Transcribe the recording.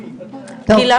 גילה, בבקשה.